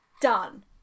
Done